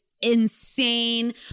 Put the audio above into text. insane